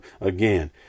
again